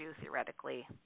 theoretically